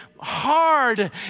hard